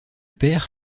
père